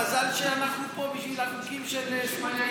מזל שאנחנו פה בשביל החוקים של סמוטריץ',